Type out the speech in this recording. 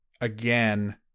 again